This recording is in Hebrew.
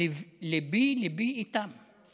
וליבי-ליבי איתם: